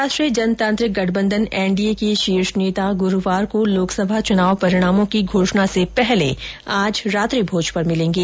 राष्ट्रीय जनतांत्रिक गठबंधन एनडीए के शीर्ष नेता गुरूवार को लोकसभा चुनाव परिणामों की घोषणा से पहले आज रात्रिभोज पर मिलेंगे